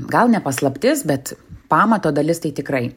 gal ne paslaptis bet pamato dalis tai tikrai